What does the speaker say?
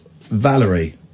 Valerie